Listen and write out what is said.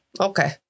Okay